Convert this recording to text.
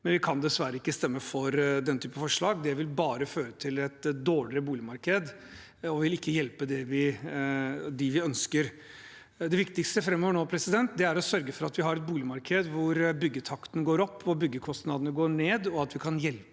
Vi kan dessverre ikke stemme for den typen forslag. Det vil bare føre til et dårligere boligmarked og ikke hjelpe dem vi ønsker. Det viktigste framover nå er å sørge for at vi har et boligmarked hvor byggetakten går opp og byggekostnadene går ned, og at vi kan hjelpe